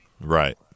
Right